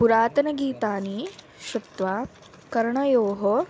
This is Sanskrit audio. पुरातनगीतानि श्रुत्वा कर्णयोः